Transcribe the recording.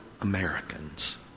Americans